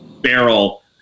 barrel